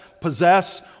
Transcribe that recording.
possess